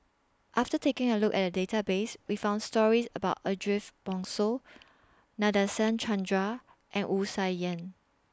after taking A Look At The Database We found stories about Ariff Bongso Nadasen Chandra and Wu Tsai Yen